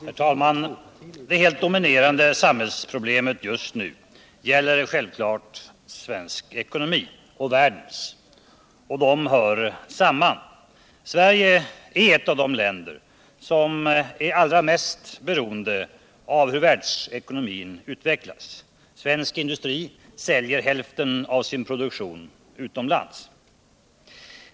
Herr talman! Det helt dominerande samhällsproblemet just nu gäller självfallet Sveriges ekonomi — och världens. De hör samman. Sverige är ett av de länder som är allra mest beroende av hur världsekonomin utvecklas. Svensk industri säljer hälften av sin produktion utomlands.